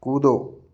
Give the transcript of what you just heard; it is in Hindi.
कूदो